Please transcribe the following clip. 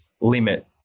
limit